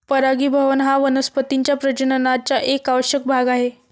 परागीभवन हा वनस्पतीं च्या प्रजननाचा एक आवश्यक भाग आहे